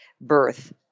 birth